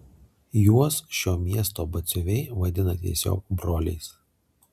juos šio miesto batsiuviai vadina tiesiog broliais